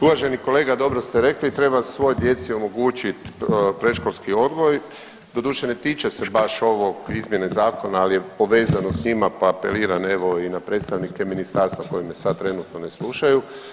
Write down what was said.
Uvaženi kolega dobro ste rekli, treba svoj djeci omogućit predškolski odgoj, doduše ne tiče se baš ovog izmjene zakona, al je povezano s njima, pa apeliram evo i na predstavnike ministarstva koji me sad trenutno ne slušaju.